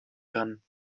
kann